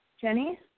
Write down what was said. Jenny